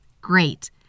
Great